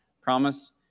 promise